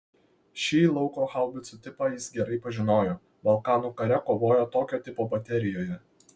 šį lauko haubicų tipą jis gerai pažinojo balkanų kare kovojo tokio tipo baterijoje